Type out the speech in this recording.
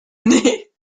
année